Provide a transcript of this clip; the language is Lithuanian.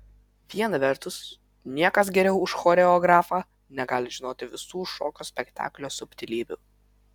viena vertus niekas geriau už choreografą negali žinoti visų šokio spektaklio subtilybių